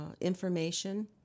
information